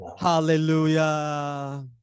Hallelujah